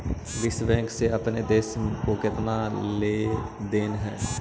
विश्व बैंक से अपने देश का केतना लें देन हई